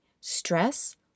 stress